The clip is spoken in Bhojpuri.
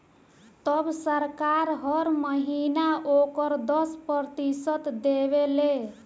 तब सरकार हर महीना ओकर दस प्रतिशत देवे ले